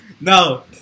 No